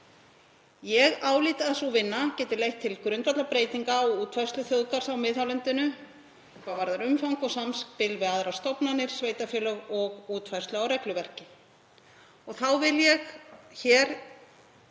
Ég álít að sú vinna geti leitt til grundvallarbreytinga á útfærslu þjóðgarðs á miðhálendinu hvað varðar umfang og samspil við aðrar stofnanir, sveitarfélög og útfærslu á regluverki.